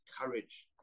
courage